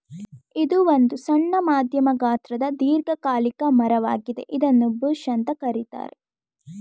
ಇದು ಒಂದು ಸಣ್ಣ ಮಧ್ಯಮ ಗಾತ್ರದ ದೀರ್ಘಕಾಲಿಕ ಮರ ವಾಗಿದೆ ಇದನ್ನೂ ಬುಷ್ ಅಂತ ಕರೀತಾರೆ